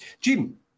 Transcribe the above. jim